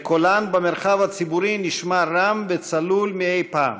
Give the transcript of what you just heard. וקולן במרחב הציבורי נשמע רם וצלול מאי-פעם,